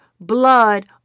blood